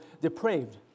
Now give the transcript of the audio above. depraved